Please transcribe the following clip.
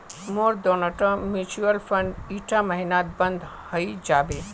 मोर दोनोटा mutual fund ईटा महिनात बंद हइ जाबे